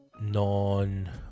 non